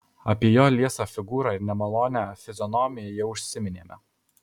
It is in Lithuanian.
apie jo liesą figūrą ir nemalonią fizionomiją jau užsiminėme